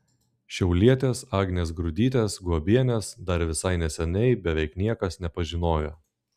šiaulietės agnės grudytės guobienės dar visai neseniai beveik niekas nepažinojo